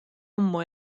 ammu